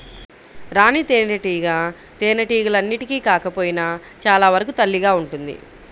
రాణి తేనెటీగ తేనెటీగలన్నింటికి కాకపోయినా చాలా వరకు తల్లిగా ఉంటుంది